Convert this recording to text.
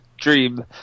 dream